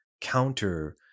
counter-